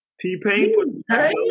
T-Pain